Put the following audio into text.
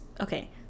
Okay